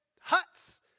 huts